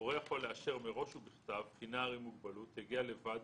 הורה יכול לאשר מראש ובכתב כי נער עם מוגבלות יגיע לבד